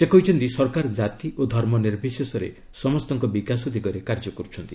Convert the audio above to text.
ସେ କହିଛନ୍ତି ସରକାର ଜାତି ଓ ଧର୍ମ ନିର୍ବିଶେଷରେ ସମସ୍ତଙ୍କ ବିକାଶ ଦିଗରେ କାର୍ଯ୍ୟ କରୁଛନ୍ତି